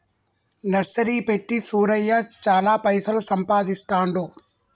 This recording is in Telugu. నర్సరీ పెట్టి సూరయ్య చాల పైసలు సంపాదిస్తాండు